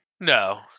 No